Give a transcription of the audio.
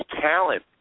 talent